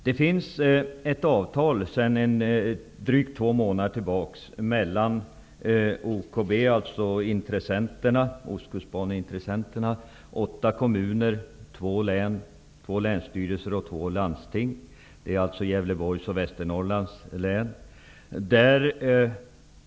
Det finns sedan drygt två månader tillbaka ett avtal mellan OKB, dvs. Ostkustbaneintressenterna, åtta kommuner och två län -- två länsstyrelser och två landsting --, nämligen Gävleborgs och Västernorrlands län.